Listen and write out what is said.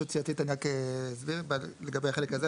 התייעצות סיעתית, אני רק אסביר, לגבי החלק הזה.